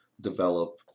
develop